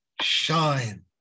shine